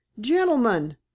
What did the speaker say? Gentlemen